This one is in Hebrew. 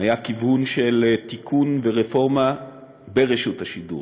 היה כיוון של תיקון ורפורמה ברשות השידור,